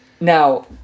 Now